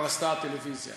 כבר עשתה הטלוויזיה.